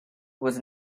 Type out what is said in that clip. was